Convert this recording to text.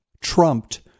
trumped